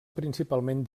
principalment